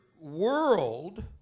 world